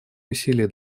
усилия